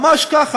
ממש ככה.